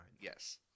Yes